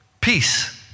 peace